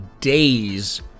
days